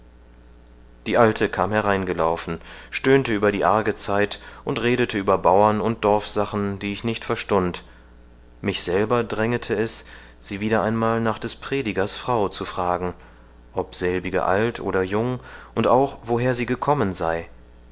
die alte kam hereingelaufen stöhnte über die arge zeit und redete über bauern und dorfsachen die ich nicht verstund mich selber drängete es sie wieder einmal nach des predigers frau zu fragen ob selbige alt oder jung und auch woher sie gekommen sei